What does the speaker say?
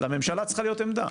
לממשלה צריכה להיות עמדה.